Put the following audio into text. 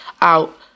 out